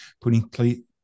putting